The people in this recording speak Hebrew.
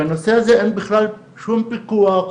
בנושא הזה אין בכלל שום פיקוח,